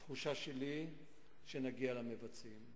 התחושה שלי היא שנגיע למבצעים.